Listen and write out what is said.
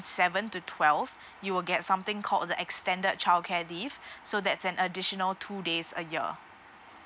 seven to twelve you will get something called the extended childcare leave so that's an additional two days a year